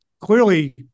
clearly